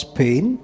pain